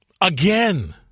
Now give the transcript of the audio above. again